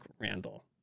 Randall